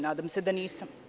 Nadam se da nisam.